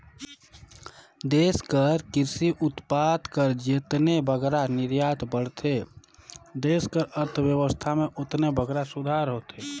देस कर किरसी उत्पाद कर जेतने बगरा निरयात बढ़थे देस कर अर्थबेवस्था में ओतने बगरा सुधार होथे